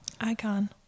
Icon